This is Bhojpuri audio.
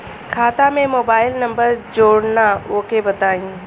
खाता में मोबाइल नंबर जोड़ना ओके बताई?